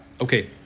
Okay